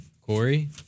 Corey